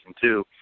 two